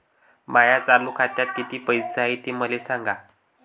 माया चालू खात्यात किती पैसे हाय ते मले सांगा